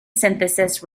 synthesis